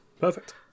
perfect